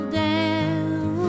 down